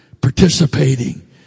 participating